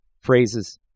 phrases